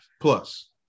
plus